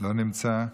לא נמצא.